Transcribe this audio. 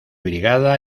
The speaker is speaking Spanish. brigada